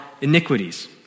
iniquities